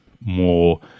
more